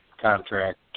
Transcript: contract